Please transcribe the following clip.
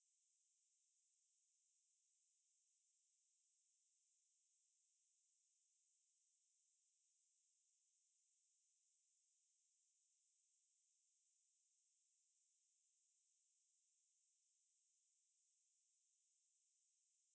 right so why is it that somebody must stay up with you and you know err tell you exactly frame by frame then நான் சொன்னேன் ஒரு:naan sonen oru draft eh வந்து நீ பண்ணு பண்ணிட்டு எல்லாருக்கும் அனுப்பு:vanthu ni pannu pannittu ellarukkum anuppu then நாங்க வந்து:naanga vanthu discuss பண்ணலாம்:pannalaam so after you discuss if you can go and edit whatever you don't like